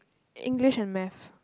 English and Math